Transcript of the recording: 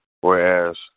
Whereas